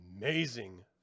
amazing